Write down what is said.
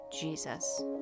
Jesus